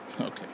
Okay